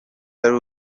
ari